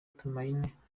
tumenendayisaba